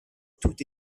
tout